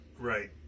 Right